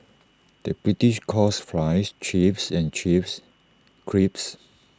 the British calls Fries Chips and Chips Crisps